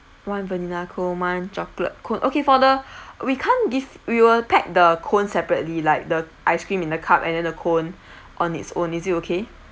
one vanilla cone one chocolate cone okay for the we can't give we will pack the cone separately like the ice cream in the cup and then the cone on its own is it okay